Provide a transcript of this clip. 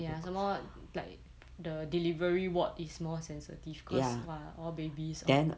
ya some more like the delivery ward is more sensitive cause !wah! all babies lor